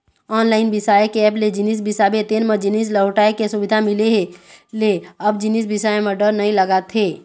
online बिसाए के app ले जिनिस बिसाबे तेन म जिनिस लहुटाय के सुबिधा मिले ले अब जिनिस बिसाए म डर नइ लागत हे